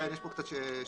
כן, יש פה קצת הבדל,